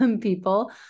people